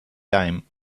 time